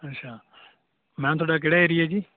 ਅੱਛਾ ਮੈਮ ਤੁਹਾਡਾ ਕਿਹੜਾ ਏਰੀਏ ਜੀ